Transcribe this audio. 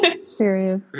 Serious